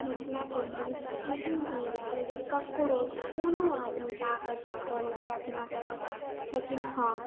Mithila painting तऽ एहन चीज छै जे ककरो कोनो आदमीके आकर्षित कऽ लै छै अपना तरफ लेकिन हँ